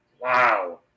Wow